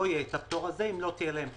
יהיה להם הפטור הזה אם לא תהיה להם קופה.